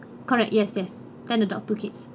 correct yes yes ten adult two kids